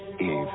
Eve